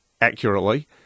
accurately